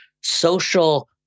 social